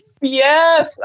yes